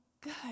good